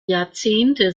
jahrzehnte